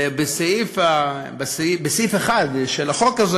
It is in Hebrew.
ובסעיף 1 של החוק הזה